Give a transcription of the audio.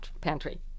pantry